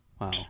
wow